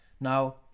Now